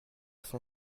son